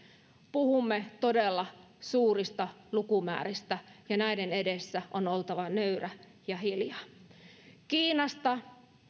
puhumme todella suurista lukumääristä ja näiden edessä on oltava nöyrä ja hiljaa kiinasta